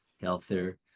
healthier